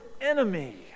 enemy